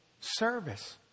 service